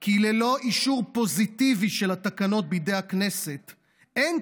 כי ללא אישור פוזיטיבי של התקנות בידי הכנסת אין